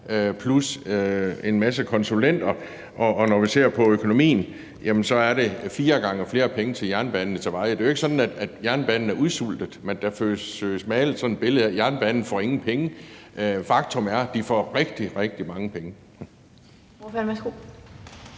plus en masse konsulenter, og når vi ser på økonomien, er der fire gange så mange penge til jernbanen som til veje. Det er jo ikke sådan, at jernbanen er udsultet. Der søges malet sådan et billede op af, at jernbanen ingen penge får. Faktum er, at de får rigtig, rigtig mange penge.